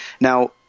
now